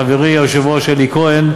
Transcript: חברי היושב-ראש אלי כהן,